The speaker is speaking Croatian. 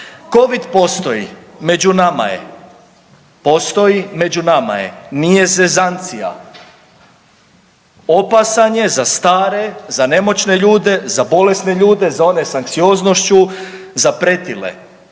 Covid postoji, među nama je, postoji među nama je nije zezancija, opasan je za stare, za nemoćne ljude, za bolesne ljude, za one s anksioznošću, za pretile